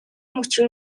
мөчир